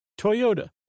Toyota